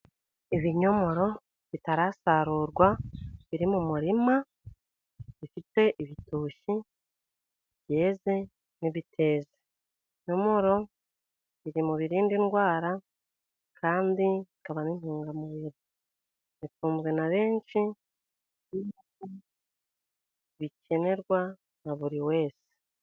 Ibinyomoro bitarasarurwa biri mu murima bifite ibitoki byeze n'ibiteze, ibinyomoro biri mu birinda indwara kandi bikaba n'intungamubiri, bikunzwe na benshi, bikenerwa na buri wese.